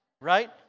right